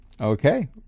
Okay